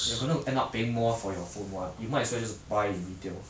you're going to end up paying more for your phone [what] you might as well just buy in retail